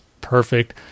perfect